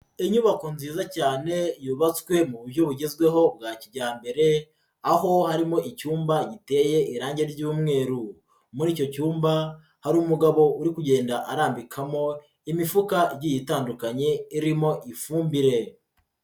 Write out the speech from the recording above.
Inyubako nziza cyane yubatswe mu buryo bugezweho bwa kijyambere, aho harimo icyumba giteye irangi ry'umweru. Muri icyo cyumba hari umugabo uri kugenda arambikamo imifuka igiye itandukanye irimo ifumbire.